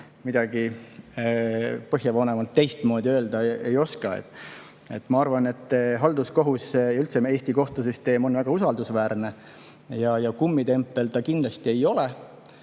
midagi põhjapanevalt teistmoodi öelda ei oska. Ma arvan, et halduskohus ja üldse Eesti kohtusüsteem on väga usaldusväärne. Kummitempel ta kindlasti ei ole.